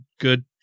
good